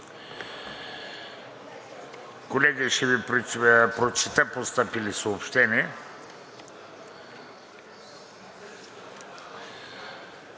Колеги, ще Ви прочета постъпили съобщения.